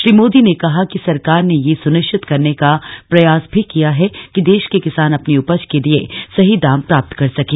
श्री मोदी ने कहा कि सरकार ने यह सुनिश्चित करने का प्रयास भी किया है कि देश के किसान अपनी उपज के लिए सही दाम प्राप्त कर सकें